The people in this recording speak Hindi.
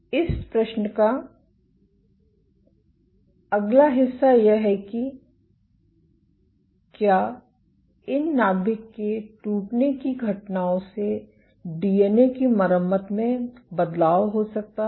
इस प्रश्न का अगला हिस्सा यह है कि क्या इन नाभिक के टूटने की घटनाओं से डीएनए की मरम्मत में बदलाव हो सकता है